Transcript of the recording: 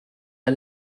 der